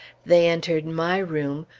they entered my room,